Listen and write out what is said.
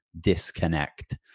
disconnect